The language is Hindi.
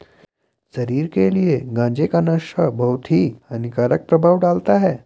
शरीर के लिए गांजे का नशा बहुत ही हानिकारक प्रभाव डालता है